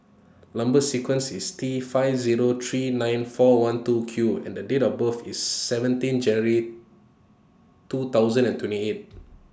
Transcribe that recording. Number sequence IS T five Zero three nine four one two Q and The Date of birth IS seventeen January two thousand and twenty eight